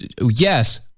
Yes